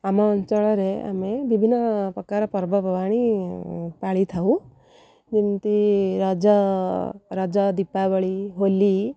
ଆମ ଅଞ୍ଚଳରେ ଆମେ ବିଭିନ୍ନ ପ୍ରକାର ପର୍ବପର୍ବାଣି ପାଳିଥାଉ ଯେମିତି ରଜ ରଜ ଦୀପାବଳି ହୋଲି